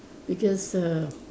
because err